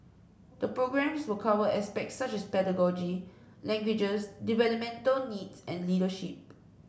the programmes will cover aspects such as pedagogy languages developmental needs and leadership